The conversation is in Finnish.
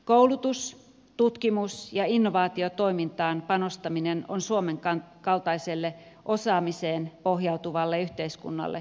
koulutus tutkimus ja innovaatiotoimintaan panostaminen on suomen kaltaiselle osaamiseen pohjautuvalle yhteiskunnalle peruskivi